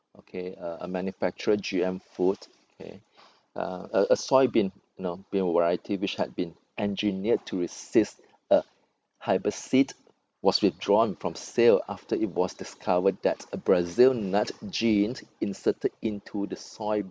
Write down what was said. okay a a manufacturer G_M food okay uh a soybean you know bean variety which had been engineered to resist a hybrid seed was withdrawn from sale after it was discovered that a brazil nut gene inserted into the soil